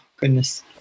goodness